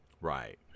Right